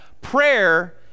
prayer